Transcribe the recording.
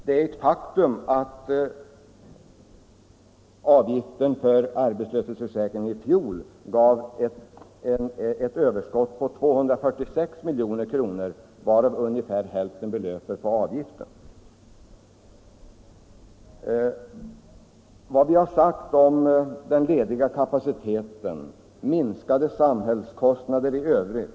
Det är ett faktum att uttaget för arbetslöshetsförsäkringen i fjol gav ett överskott på 246 milj.kr., varav ungefär hälften belöper på avgiften, alltså 646 miljoner på två år.